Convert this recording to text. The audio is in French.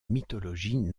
mythologie